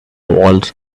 waltz